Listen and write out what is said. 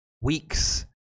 weeks